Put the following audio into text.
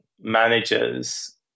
managers